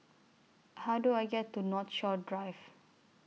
How Do I get to Northshore Drive